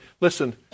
listen